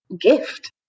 gift